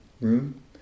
room